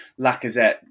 Lacazette